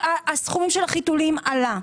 הסכום של החיתולים עלה,